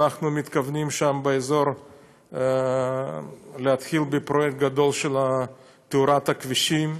אנחנו מתכוונים שם באזור להתחיל בפרויקט גדול של תאורת הכבישים,